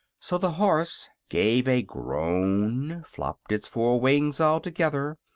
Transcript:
so the horse gave a groan, flopped its four wings all together,